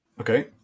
Okay